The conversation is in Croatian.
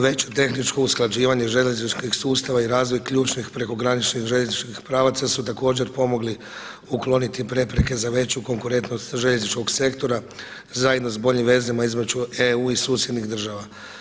Veće tehničko usklađivanje željezničkih sustava i razvoj ključnih prekograničnih željezničkih pravaca su također pomogli ukloniti prepreke za veću konkurentnost željezničkog sektora zajedno s boljim vezama između EU i susjednih država.